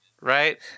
right